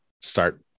start